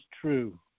true